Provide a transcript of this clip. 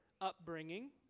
upbringing